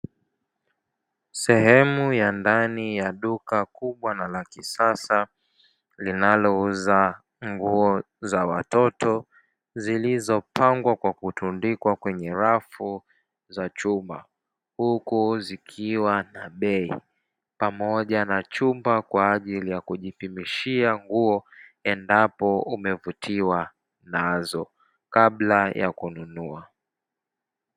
Sehemu ya ndani ya duka kubwa na la kisasa linalouza nguo za watoto zilizopangwa kwa kutundikwa kwenye rafu za chuma huku zikiwa na bei pamoja na chumba kwa ajili ya kujipimishia nguo endapo umevutiwa nazo kabla ya kununua.